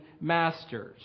masters